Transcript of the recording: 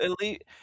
elite